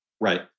Right